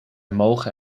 mogen